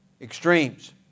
Extremes